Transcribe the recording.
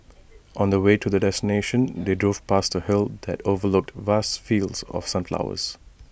on the way to their destination they drove past A hill that overlooked vast fields of sunflowers